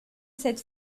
cette